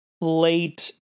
late